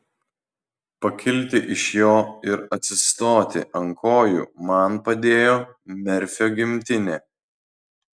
pakilti iš jo ir atsistoti ant kojų man padėjo merfio gimtinė